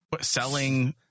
Selling